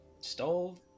stole